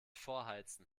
vorheizen